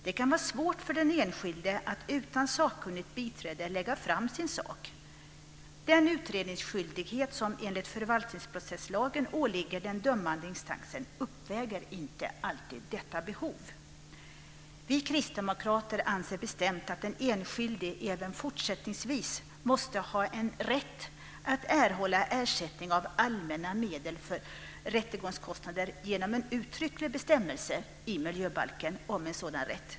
Det kan vara svårt för den enskilde att utan sakkunnigt biträde lägga fram sin sak. Den utredningsskyldighet som enligt förvaltningsprocesslagen åligger den dömande instansen uppväger inte alltid detta behov. Vi kristdemokrater anser bestämt att den enskilde även fortsättningsvis måste ha en rätt att erhålla ersättning av allmänna medel för rättegångskostnader genom en uttrycklig bestämmelse i miljöbalken om en sådan rätt.